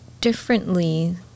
differently